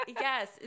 Yes